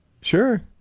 Sure